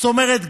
זאת אומרת,